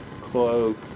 cloak